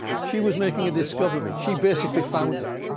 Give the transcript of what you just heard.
she was making a discovery. she basically found it.